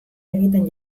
egiten